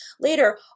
later